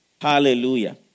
Hallelujah